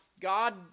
God